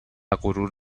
غرور